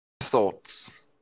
thoughts